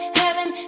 heaven